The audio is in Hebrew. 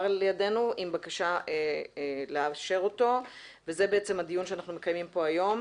לידינו עם בקשה לאשר אותו וזה הדיון שאנחנו מקיימים פה היום,